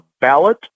ballot